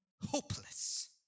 hopeless